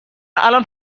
الان